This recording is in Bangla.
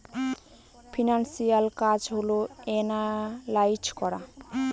ফিনান্সিয়াল কাজ হল এনালাইজ করা